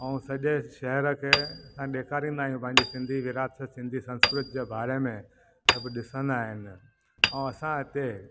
ऐं सॼे शहर खे ॾेखारींदा आहियूं पंहिंजी सिंधी विरहासत सिंधी संस्कृत जे बारे में सभु ॾिसंदा आहिनि ऐं असां हिते